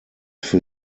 für